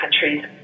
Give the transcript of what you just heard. countries